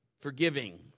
forgiving